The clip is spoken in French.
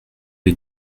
les